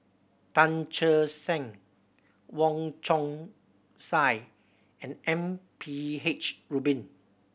Tan Che Sang Wong Chong Sai and M P H Rubin